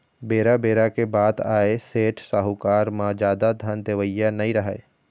बेरा बेरा के बात आय सेठ, साहूकार म जादा धन देवइया नइ राहय